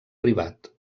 privat